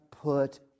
put